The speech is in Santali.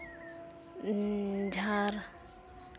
ᱡᱷᱟᱨ